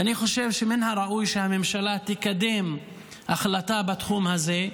ואני חושב שמן הראוי שהממשלה תקדם החלטה בתחום הזה.